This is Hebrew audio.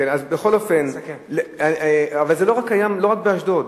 זה קיים לא רק באשדוד,